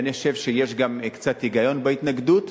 ואני חושב שיש גם קצת היגיון בהתנגדות.